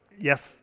yes